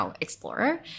explorer